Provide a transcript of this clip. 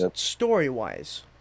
story-wise